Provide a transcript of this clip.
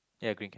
ya green cap